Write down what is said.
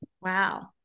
Wow